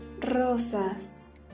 Rosas